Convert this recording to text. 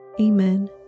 Amen